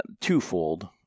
twofold